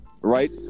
right